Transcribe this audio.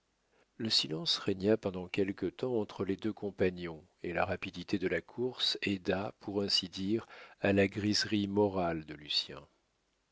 le silence régna pendant quelque temps entre les deux compagnons et la rapidité de la course aida pour ainsi dire à la griserie morale de lucien